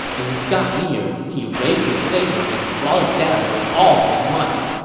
when he got near, he raised his saber and brought it down with all his might.